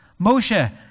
Moshe